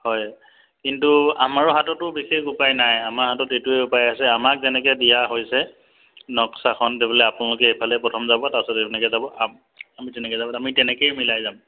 হয় কিন্তু আমাৰো হাততো বিশেষ উপায় নাই আমাৰ হাতত এইটোৱে উপায় আছে আমাক যেনেকৈ দিয়া হৈছে নক্সাখন দে বোলে আপোনালোকে এইফালে প্ৰথম যাব তাৰপাছত এনেকৈ যাব আমি তেনেকৈ যাব আমি তেনেকেই মিলাই যাম